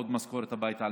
עוד משכורת הביתה,